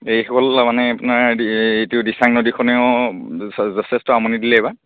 এইসকল মানে আপোনাৰ এ এইটো দিচাং নদীখনেও যথেষ্ট আমনি দিলে এইবাৰ